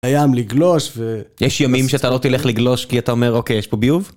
לים לגלוש ו... יש ימים שאתה לא תלך לגלוש כי אתה אומר, אוקיי, יש פה ביוב?